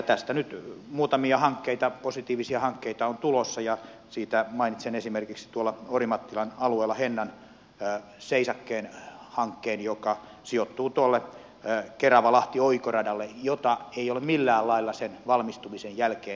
tästä nyt muutamia hankkeita positiivisia hankkeita on tulossa ja niistä mainitsen esimerkiksi tuolla orimattilan alueella hennan seisakkeen hankkeen joka sijoittuu tuolle keravalahti oikoradalle jota ei ole millään lailla sen valmistumisen jälkeen hyödynnetty